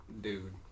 dude